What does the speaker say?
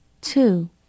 Two